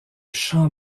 champ